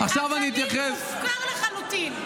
הגליל מופקר לחלוטין.